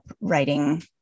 writing